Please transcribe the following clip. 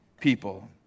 people